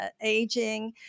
aging